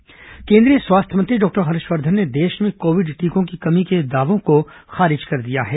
Harshvardhan Covid टीका केंद्रीय स्वास्थ्य मंत्री डॉक्टर हर्षवर्धन ने देश में कोविड टीकों की कमी के दावों को खारिज कर दिया है